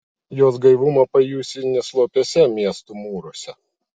jos gaivumą pajusi ne slopiuose miestų mūruose